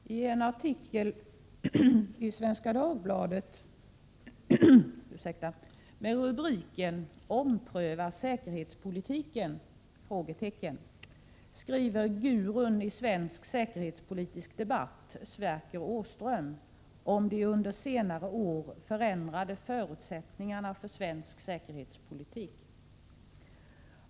Fru talman! I en artikel i Svenska Dagbladet med rubriken Ompröva 16 mars 1988 säkerhetspolitiken? skriver gurun i svensk säkerhetspolitisk debatt, Sverker ; Åström, om de under senare år förändrade förutsättningarna för svensk URIkEsdenpg säkerhetspolitik.